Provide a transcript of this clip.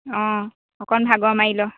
অ অকণ ভাগৰ মাৰি ল'